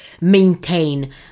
maintain